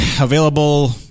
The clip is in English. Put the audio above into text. Available